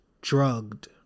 drugged